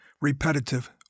repetitive